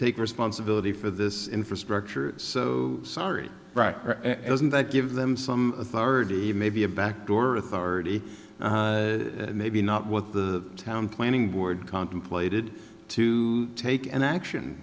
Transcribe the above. take responsibility for this infrastructure so sorry right doesn't that give them some authority maybe a back door authority maybe not what the town planning board contemplated to take an